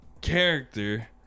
character